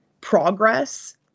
progress